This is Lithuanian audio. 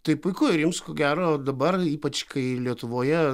tai puiku ir jums ko gero dabar ypač kai lietuvoje